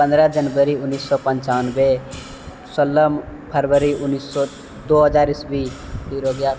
पन्द्रह जनवरी उन्नैस सए पञ्चानबे सोलह फरवरी उन्नीस सए दो हजार ईसवी फिर हो गया